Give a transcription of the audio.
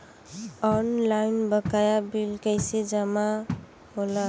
Online बकाया bill कैसे जमा होला?